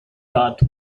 thought